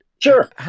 Sure